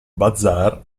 bazar